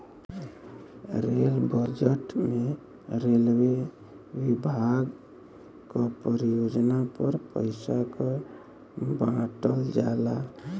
rail budget में railway विभाग क परियोजना पर पइसा क बांटल जाला